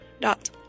dot